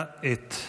להצביע בעד כעת.